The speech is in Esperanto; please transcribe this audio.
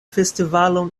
festivaloj